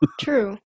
True